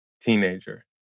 teenager